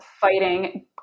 Fighting